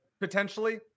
potentially